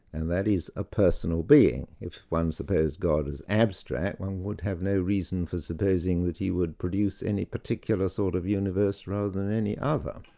and that is a personal being. if one supposed god was abstract, one would have no reason for supposing that he would produce any particular sort of universe rather than any other.